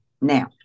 Now